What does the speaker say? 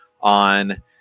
on